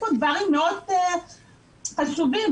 יש פה דברים חשובים מאוד.